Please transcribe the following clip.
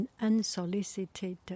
unsolicited